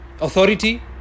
authority